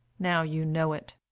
now you know it.